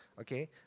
Okay